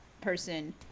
person